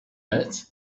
bet